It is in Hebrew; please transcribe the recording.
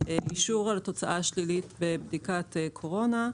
אישור על תוצאה שלילית בבדיקת קורונה,